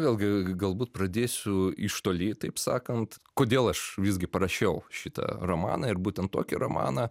vėlgi galbūt pradėsiu iš toli taip sakant kodėl aš visgi parašiau šitą romaną ir būtent tokį romaną